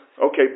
Okay